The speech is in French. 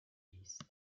liste